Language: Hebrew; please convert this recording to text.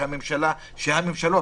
ושהממשלה הממשלות,